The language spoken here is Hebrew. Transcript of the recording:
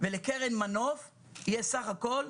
לקרן מנוף יהיה סך הכול